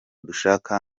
dushaka